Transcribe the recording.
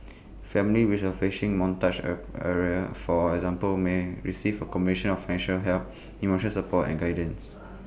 families which are facing montage area for example may receive A combination of financial help emotional support and guidance